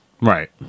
Right